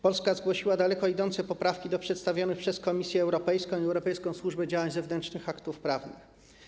Polska zgłosiła daleko idące poprawki do przedstawionych przez Komisję Europejską i Europejską Służbę Działań Zewnętrznych aktów prawnych.